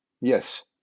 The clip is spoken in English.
Yes